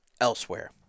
elsewhere